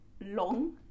long